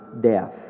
death